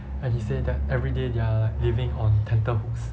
and he say that everyday they are like living on tenterhooks